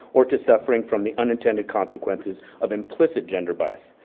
or to suffering from the unintended consequences of implicit gender bias.